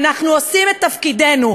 אנחנו עושים את תפקידנו,